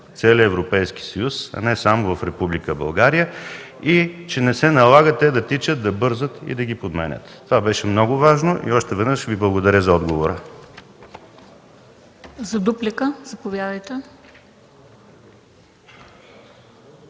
целия Европейски съюз, а не само в Република България, и че не се налага те да тичат, да бързат и да ги подменят. Това беше много важно. Още веднъж Ви благодаря за отговора. ПРЕДСЕДАТЕЛ